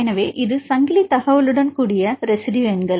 எனவே இங்கே இது சங்கிலி தகவலுடன் கூடிய ரெஸிட்யு எண்கள்